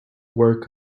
work